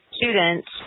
students